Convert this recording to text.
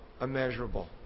immeasurable